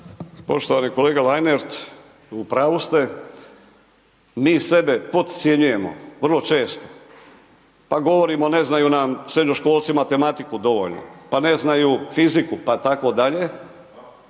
Poštovani kolega Lenart, u pravu ste, mi sebe podcjenjujemo vrlo često pa govorimo, ne znaju nam srednjoškolci matematiku dovoljno, pa ne znaju fiziku pa tako dalje